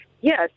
Yes